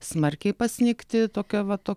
smarkiai pasnigti tokia va to